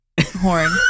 horn